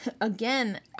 again